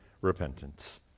repentance